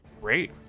Great